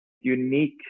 unique